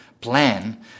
plan